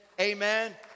amen